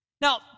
Now